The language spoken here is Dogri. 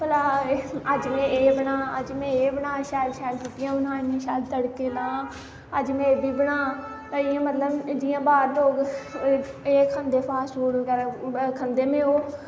भला अज्ज में एह् बनां अज्ज में एह् बनां इन्नियां शैल रुट्टियां बनां इन्ने शैल तड़के लां अज्ज में एह् बी बनां इ'यां मतलब जियां बाह्र लोग एह् खंदे फास्ट फूड बगैरा खंदे में ओह्